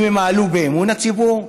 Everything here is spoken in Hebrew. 1. אם הם מעלו באמון הציבור,